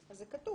זה כתוב,